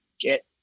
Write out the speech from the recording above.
get